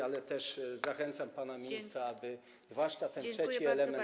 Ale też zachęcam pana ministra, aby zwłaszcza ten trzeci element.